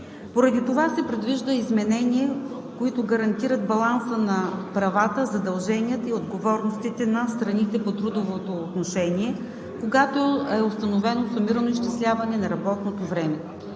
Поради това се предвиждат изменения, които гарантират баланса на правата, задълженията и отговорностите на страните по трудовото отношение, когато е установено сумирано изчисляване на работното време.